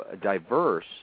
diverse